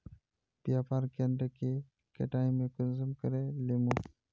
व्यापार केन्द्र के कटाई में कुंसम करे लेमु?